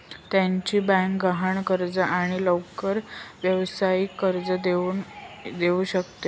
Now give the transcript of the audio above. त्याची बँक गहाण कर्ज आणि लवकर व्यावसायिक कर्ज करून देऊ शकते